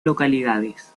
localidades